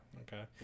Okay